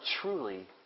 truly